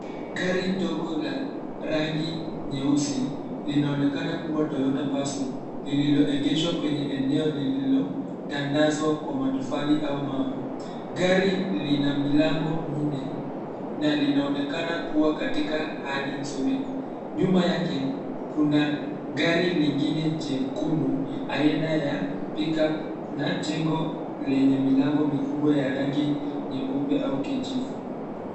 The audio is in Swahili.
Gari dogo la, rangi, nyeusi, linaonekana kuwa Toyota Passo , liliogeshwa kwenye eneo lililo, tandazwa kwa matofali au mawe, gari lina milango minne, na linaonekana kuwa katika hali nzuri, nyuma yake, kuna, gari lingine jekundu, aina ya, pick-up , na jengo lenye milango mikubwa ya rangi, nyeupe au kijivu.